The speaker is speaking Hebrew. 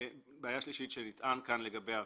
בעיה שלישית שנטען כאן לגביה,